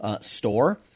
store